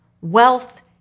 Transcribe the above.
wealth